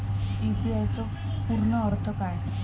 UPI चो पूर्ण अर्थ काय?